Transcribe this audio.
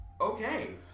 Okay